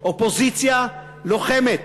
אופוזיציה לוחמת,